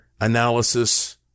analysis